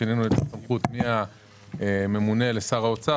שינינו את הסמכות מהממונה לשר האוצר,